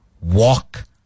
Walk